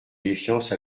défiance